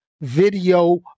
Video